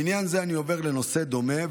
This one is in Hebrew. מעניין זה אני עובר לנושא דומה,